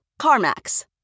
CarMax